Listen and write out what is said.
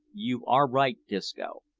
you are right disco.